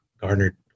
garnered